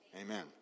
Amen